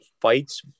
fights